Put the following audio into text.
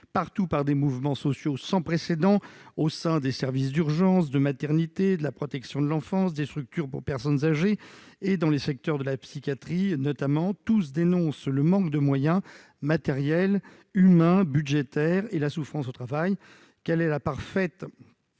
partout, par des mouvements sociaux sans précédent, notamment au sein des services d'urgences, de maternité, de la protection de l'enfance, des structures pour personnes âgées et dans les secteurs de la psychiatrie. Tous dénoncent le manque de moyens matériels, humains, budgétaires et la souffrance au travail. Quelle part